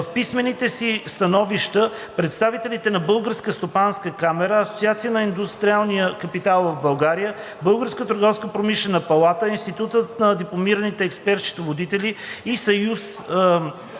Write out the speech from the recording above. В писмените си становища представителите на Българската стопанска камара, Асоциацията на индустриалния капитал в България, Българската търговско-промишлена палата, Институтът на дипломираните експерт-счетоводители и Съюз